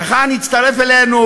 כאן הצטרף אלינו